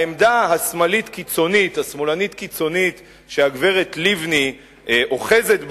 העמדה השמאלנית הקיצונית שהגברת לבני אוחזת בה,